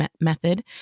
method